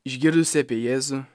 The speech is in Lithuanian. išgirdusi apie jėzų